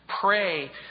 Pray